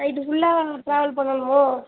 night ஃபுல்லாவா travel பண்ணணும்